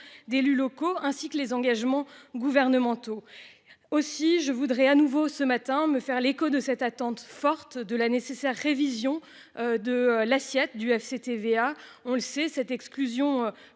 d'élus locaux ainsi que les engagements gouvernementaux. Aussi je voudrais à nouveau ce matin me faire l'écho de cette attente forte de la nécessaire révision de l'assiette du FCTVA, on le sait cette exclusion